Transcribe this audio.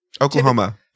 Oklahoma